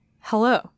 hello